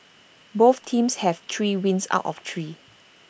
both teams have three wins out of three